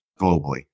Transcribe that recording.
globally